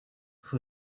who